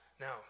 Now